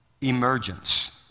emergence